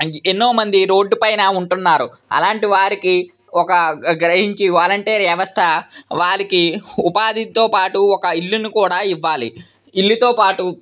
ఎన్నో మంది రోడ్డు పైన ఉంటున్నారు అలాంటి వారికి ఒక గ్రహించి వాలంటీర్ వ్యవస్థ వారికి ఉపాధితోపాటు ఒక ఇల్లు కూడా ఇవ్వాలి ఇల్లుతో పాటు